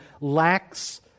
lacks